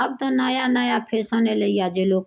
आब तऽ नया नया फैशन अयलैए जे लोक